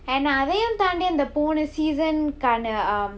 and அதையும் தாண்டி இந்த போன:athaiyum taandi intha pona season கான:kaana um